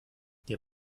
der